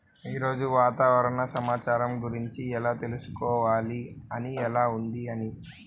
ఈరోజు వాతావరణ సమాచారం గురించి ఎలా తెలుసుకోవాలి అది ఎలా ఉంది అని?